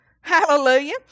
Hallelujah